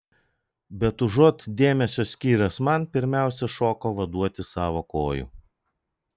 bet užuot dėmesio skyręs man pirmiausia šoko vaduoti savo kojų